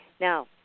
Now